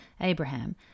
Abraham